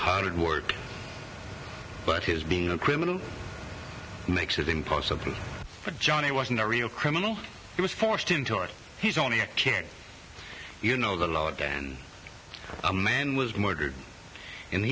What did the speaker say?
hard word but his being a criminal makes it impossible for johnny wasn't a real criminal he was forced into it he's only a kid you know the law again and a man was murdered